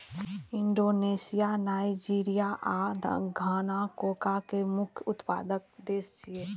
Indonesia, Nigeria आ Ghana cocoa के मुख्य उत्पादक देश छियै